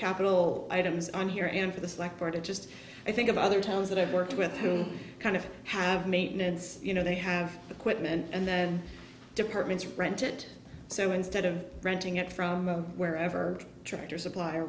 capital items on here and for this like part it just i think of other towns that i've worked with who kind of have maintenance you know they have to quit and then departments rent it so instead of renting it from wherever tractor supply or